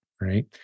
right